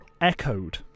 echoed